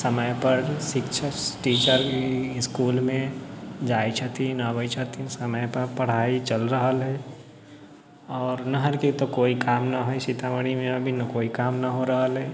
समयपर शिक्षक टीचर इसकुलमे जाइ छथिन आबै छथिन समयपर पढ़ाइ चलि रहल हइ आओर नहरके तऽ कोइ काम नहि हइ सीतामढ़ीमे अभी कोइ काम नहि हो रहल हइ